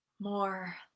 more